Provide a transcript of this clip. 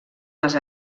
les